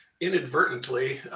inadvertently